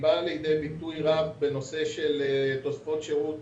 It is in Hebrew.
באה לידי ביטוי רב בנושא של תוספות שירות